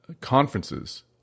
conferences